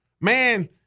man